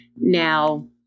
now